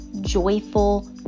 joyful